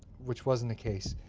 which wasn't the case.